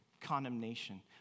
condemnation